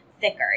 thicker